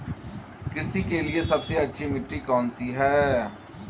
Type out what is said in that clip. कृषि के लिए सबसे अच्छी मिट्टी कौन सी है?